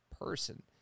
person